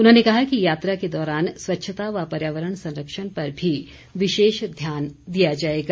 उन्होंने कहा कि यात्रा के दौरान स्वच्छता व पर्यावरण संरक्षण पर भी विशेष ध्यान दिया जाएगा